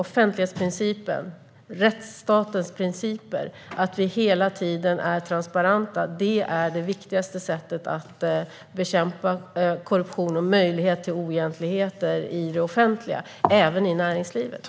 Offentlighetsprincipen, rättsstatens principer och att vi hela tiden är transparenta är det viktigaste sättet att bekämpa korruption och möjligheter till oegentligheter i det offentliga, även i näringslivet.